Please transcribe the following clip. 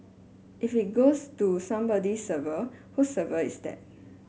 if it goes to somebody's server whose server is that